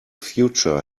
future